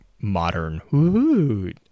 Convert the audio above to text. modern